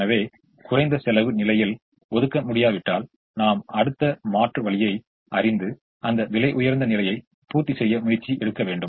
எனவே குறைந்த செலவு நிலையில் ஒதுக்க முடியாவிட்டால் நாம் அடுத்த மாற்று வழியை அறிந்து அந்த விலையுயர்ந்த நிலையை பூர்த்திசெய்ய முயற்சி எடுக்க வேண்டும்